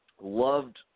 loved